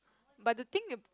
but the thing it